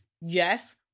Yes